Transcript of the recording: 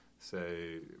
say